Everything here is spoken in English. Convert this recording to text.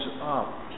up